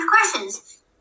questions